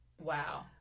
Wow